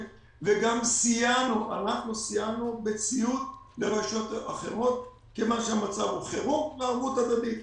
וגם סייענו בציוד לרשויות אחרות כיוון שהמצב הוא חירום וערבות הדדית.